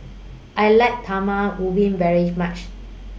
I like Talam Ubi very much